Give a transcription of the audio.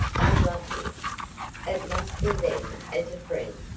i love you. it must be then as a friend,